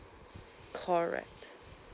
correct